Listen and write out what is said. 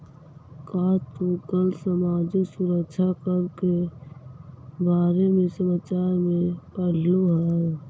का तू कल सामाजिक सुरक्षा कर के बारे में समाचार में पढ़लू हल